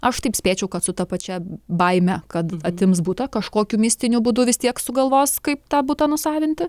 aš taip spėčiau kad su ta pačia baime kad atims butą kažkokiu mistiniu būdu vis tiek sugalvos kaip tą butą nusavinti